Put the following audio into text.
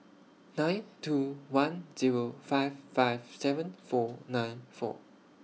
nine two one Zero five five seven four nine four